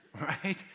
Right